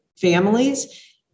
families